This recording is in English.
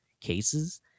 cases